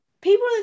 people